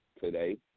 today